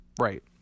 Right